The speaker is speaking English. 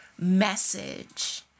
message